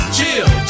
Chill